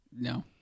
no